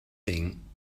thing